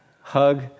hug